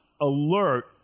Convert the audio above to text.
alert